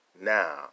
now